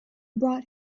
brought